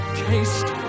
taste